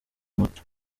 muto